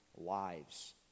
lives